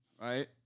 Right